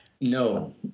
No